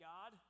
God